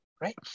Right